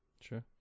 Sure